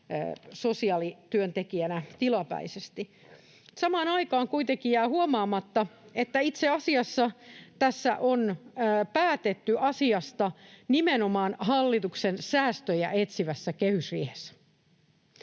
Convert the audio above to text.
sosiaalityöntekijänä tilapäisesti. Samaan aikaan kuitenkin jää huomaamatta, että itse asiassa tässä on päätetty asiasta nimenomaan hallituksen säästöjä etsivässä kehysriihessä.